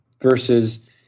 versus